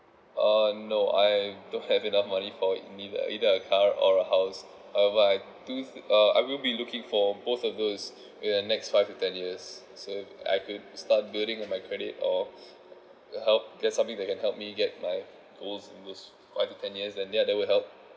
uh no I don't have enough money for neither either a car or a house however I do th~ uh I will be looking for both of those in the next five to ten years so I could start building my credit or help there's something that can help me get my those those five to ten years then ya that will help